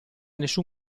nessun